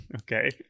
Okay